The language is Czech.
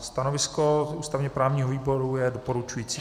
Stanovisko ústavněprávního výboru je doporučující.